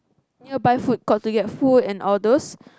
nearby food court to get food and all those